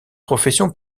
profession